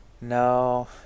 no